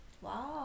Wow